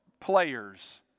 players